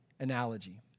Analogy